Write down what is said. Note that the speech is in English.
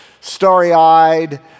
starry-eyed